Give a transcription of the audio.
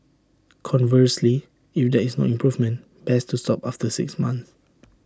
conversely if there is no improvement best to stop after six months